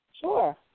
Sure